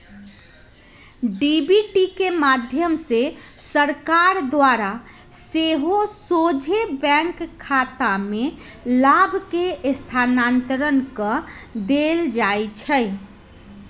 DBT के माध्यम से सरकार द्वारा सेहो सोझे बैंक खतामें लाभ के स्थानान्तरण कऽ देल जाइ छै